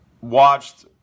watched